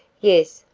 yes,